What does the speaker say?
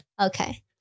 Okay